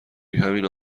ریهمین